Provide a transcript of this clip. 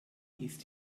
ist